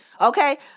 Okay